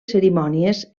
cerimònies